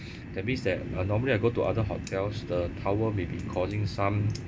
that means that uh normally I go to other hotels the towel may be causing some